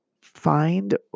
find